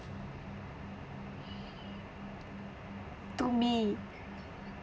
to me